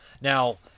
Now